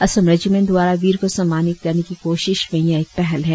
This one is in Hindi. असम रेजिमेंट द्वारा वीर को सम्मानित करने की कोशिश में यह एक पहल है